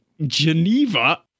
Geneva